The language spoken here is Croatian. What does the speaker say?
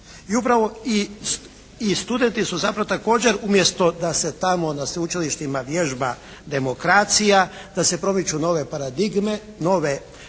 I upravo i studenti su zapravo također umjesto da se tamo na sveučilištima vježba demokracija, da se promiču nove paradigme, da